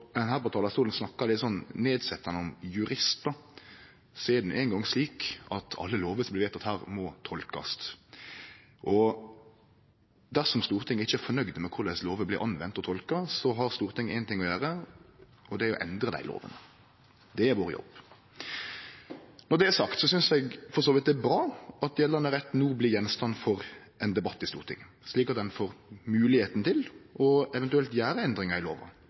her på talarstolen snakkar nedsetjande om juristar, er det no eingong slik at alle lover som blir vedtekne her, må tolkast. Dersom Stortinget ikkje er fornøgd med korleis lover blir anvende og tolka, har Stortinget éin ting å gjere, og det er å endre dei lovene. Det er vår jobb. Når det er sagt, synest eg det for så vidt er bra at gjeldande rett no blir gjenstand for ein debatt i Stortinget, slik at ein får moglegheita til eventuelt å gjere endringar i lova,